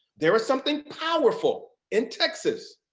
there's something powerful in texas.